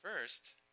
First